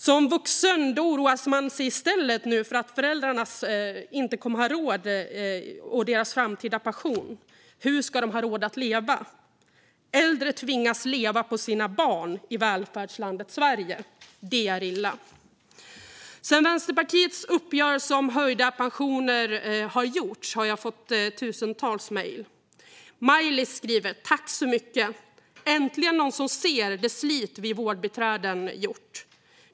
Som vuxen oroar man sig i stället för att föräldrarna inte kommer att ha råd och för deras framtida pension. Hur ska de ha råd att leva? Äldre tvingas leva på sina barn i välfärdslandet Sverige. Det är illa. Sedan Vänsterpartiets uppgörelse om höjda pensioner har gjorts har jag fått tusentals mejl. Majlis skriver: Tack så mycket! Äntligen någon som ser det slit vi vårdbiträden gjort!